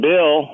Bill